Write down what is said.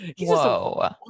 whoa